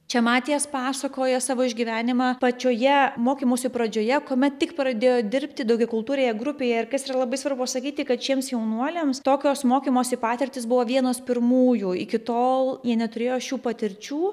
čia matijas pasakoja savo išgyvenimą pačioje mokymosi pradžioje kuomet tik pradėjo dirbti daugiakultūrėje grupėje ir kas yra labai svarbu pasakyti kad šiems jaunuoliams tokios mokymosi patirtys buvo vienos pirmųjų iki tol jie neturėjo šių patirčių